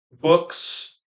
books